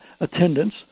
attendance